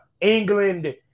England